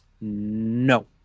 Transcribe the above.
No